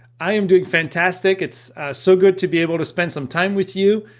i am doing fantastic, it's so good to be able to spend some time with you,